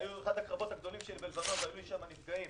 היה אחד הקרבות הגדולים שלי בלבנון והיו לי שם נפגעים,